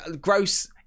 gross